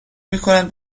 میکنن